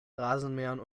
rasenmähern